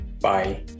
Bye